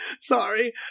Sorry